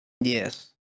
Yes